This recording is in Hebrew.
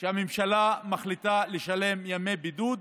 שהממשלה מחליטה לשלם ימי בידוד